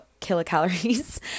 kilocalories